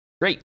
Great